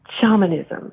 shamanism